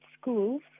schools